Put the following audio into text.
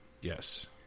yes